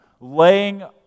laying